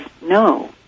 No